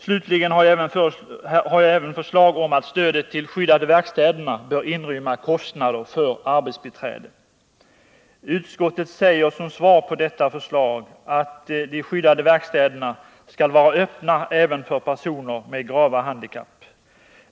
Slutligen har jag även lagt fram förslag om att stödet till de skyddade verkstäderna bör inrymma kostnader för arbetsbiträde. Utskottet säger som svar på detta förslag: ”De skyddade verkstäderna skall vara öppna även för personer med grava handikapp.